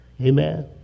amen